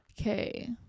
Okay